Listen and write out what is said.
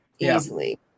easily